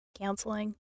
Counseling